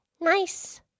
Nice